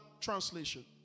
translation